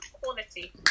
Quality